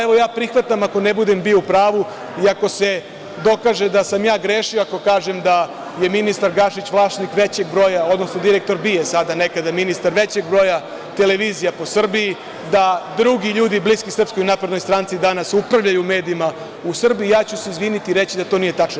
Evo, ja prihvatam ako ne budem bio u pravu i ako se dokaže da sam ja grešio ako kažem da je ministar Gašić vlasnik većeg broja, odnosno direktor BIA sada, nekada ministar, većeg broja televizija po Srbiji, da drugi ljudi bliski SNS danas upravljaju medijima u Srbiji, ja ću se izviniti i reći da to nije tačno.